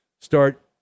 start